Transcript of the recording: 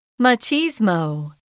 Machismo